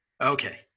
Okay